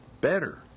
Better